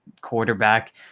quarterback